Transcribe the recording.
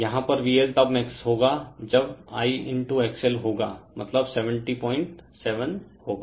यहाँ पर VL तब मैक्स होगा जब I XL होगा मतलब 707 होगा